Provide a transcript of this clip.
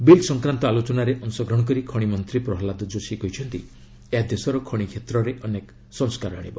bill ସଂକ୍ରାନ୍ତ ଆଲୋଚନାରେ ଅଂଶଗ୍ରହଣ କରି ଖଣି ମନ୍ତ୍ରୀ ପ୍ରହଲ୍ଲାଦ ଯୋଶି କହିଛନ୍ତି ଏହା ଦେଶର ଖଣି କ୍ଷେତ୍ରରେ ଅନେକ ସଂସ୍କାର ଆଣିବ